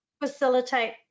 facilitate